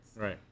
Right